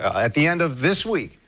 at the end of this week,